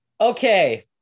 okay